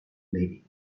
living